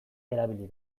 erabili